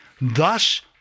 Thus